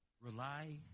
rely